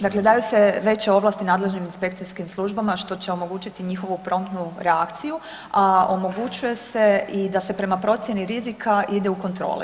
Dakle, daju se veće ovlasti nadležnim inspekcijskim službama što će omogućiti njihovu promptnu reakciju, a omogućuje se i da se prema procjeni rizika ide u kontrole.